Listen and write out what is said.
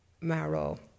marrow